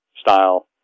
style